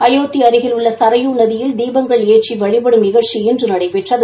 அயோத்தி அருகில் உள்ள சரயூ நதியில் தீபங்கள் ஏற்றி வழிபடும் நிழ்ச்சி இன்று நடைபெற்றது